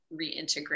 reintegrate